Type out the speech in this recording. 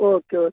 okay okay